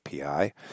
API